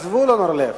זבולון אורלב,